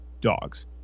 dogs